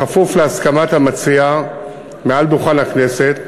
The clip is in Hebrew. בכפוף להסכמת המציע מעל דוכן הכנסת,